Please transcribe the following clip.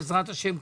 בעזרת השם,